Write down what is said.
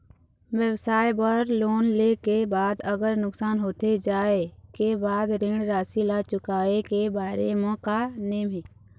व्यवसाय बर लोन ले के बाद अगर नुकसान होथे जाय के बाद ऋण राशि ला चुकाए के बारे म का नेम हे?